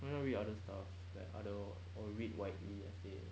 why don't you read other stuff like other or read widely I say